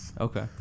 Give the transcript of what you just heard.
Okay